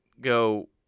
go